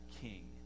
king